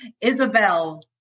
Isabel